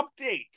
update